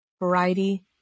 Variety